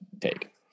take